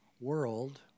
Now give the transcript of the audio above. world